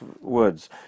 words